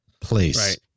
place